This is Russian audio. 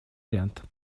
вариант